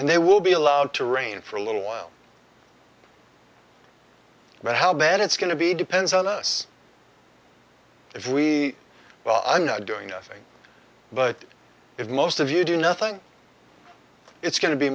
and they will be allowed to reign for a little while but how bad it's going to be depends on us if we well i'm not doing nothing but if most of you do nothing it's go